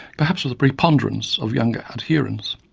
perhaps with a preponderance of younger adherents,